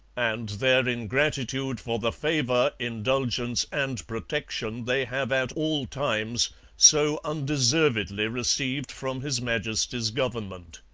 and their ingratitude for the favour, indulgence, and protection they have at all times so undeservedly received from his majesty's government.